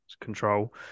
control